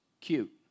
cute